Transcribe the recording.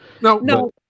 No